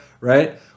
Right